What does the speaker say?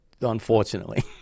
unfortunately